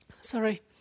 Sorry